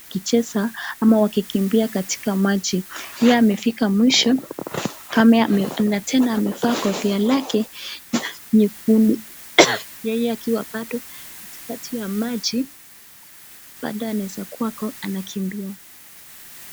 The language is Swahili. Wakicheza ama wakikimbia katika maji, ye amefika mwisho na tena amevaa kofia lake nyekundu yeye akiwa bado katikati ya maji bado anaweza kuwa ako anakimbia.